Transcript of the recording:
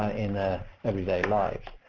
ah in ah everyday life.